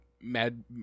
mad